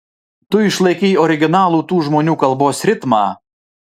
tu išlaikei originalų tų žmonių kalbos ritmą